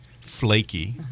flaky